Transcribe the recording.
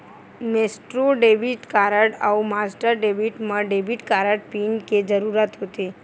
Maestro debit card अउ Master debit म debit card pin के जरूरत होथे